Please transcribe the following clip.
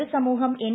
പൊതുസമൂഹം എൻ